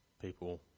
people